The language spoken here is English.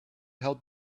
help